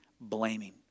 blaming